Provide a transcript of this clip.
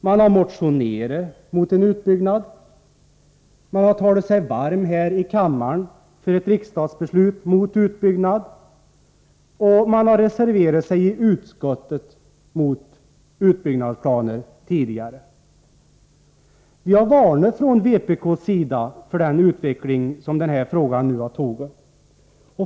Man har motionerat mot en utbyggnad, man har talat sig varm här i kammaren för ett riksdagsbeslut mot en utbyggnad, och man har reserverat sig i utskottet mot utbyggnadsplaner. Vpk har varnat för den utveckling ärendet nu har tagit.